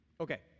Okay